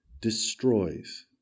destroys